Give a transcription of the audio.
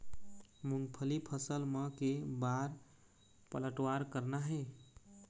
मूंगफली फसल म के बार पलटवार करना हे?